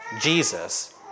Jesus